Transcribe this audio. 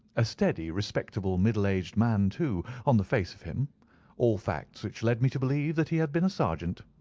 a steady, respectable, middle-aged man, too, on the face of him all facts which led me to believe that he had been a sergeant.